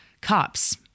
COPs